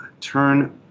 turn